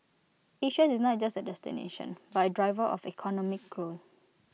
Asia is not just A destination but A driver of economic grown